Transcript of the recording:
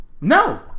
No